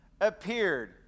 appeared